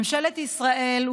ממשלת ישראל,